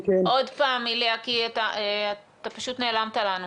עוד פעם, איליה, כי אתה פשוט נעלמת לנו.